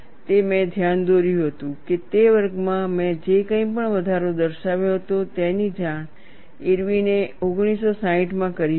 અને મેં ધ્યાન દોર્યું હતું કે તે વર્ગમાં મેં જે કંઈ પણ વધારો દર્શાવ્યો હતો તેની જાણ ઇરવિને 1960મા કરી હતી